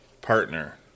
partner